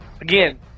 again